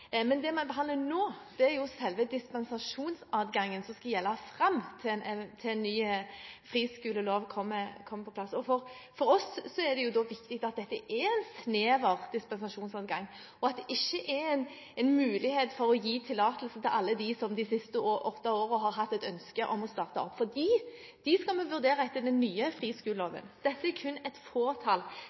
Men det vi behandler nå, er selve dispensasjonsadgangen som skal gjelde fram til en ny friskolelov kommer på plass. For oss er det viktig at dette er en snever dispensasjonsadgang, og at det ikke er en mulighet til å gi tillatelse til alle dem som de siste åtte årene har hatt et ønske om å starte opp, for de skal vi vurdere etter den nye friskoleloven. Det er kun et fåtall skoler denne adgangen skal være aktuell for. Mitt spørsmål til statsråden er: Hvilket antall ser egentlig statsråden for seg vil få